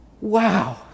wow